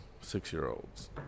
six-year-olds